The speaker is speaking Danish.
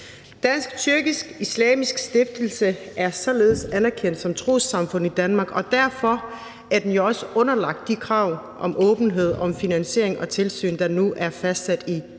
Dansk Tyrkisk Islamisk Stiftelse er således anerkendt som trossamfund i Danmark, og derfor er den også underlagt de krav om åbenhed og om finansiering og tilsyn, der nu er fastsat i